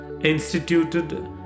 instituted